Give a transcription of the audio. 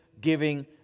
giving